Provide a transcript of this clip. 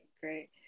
great